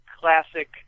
classic